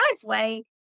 driveway